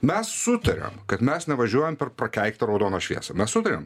mes sutariam kad mes nevažiuojam per prakeiktą raudoną šviesą mes sutariam